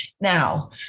Now